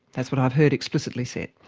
that's what i've heard explicitly said.